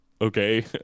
Okay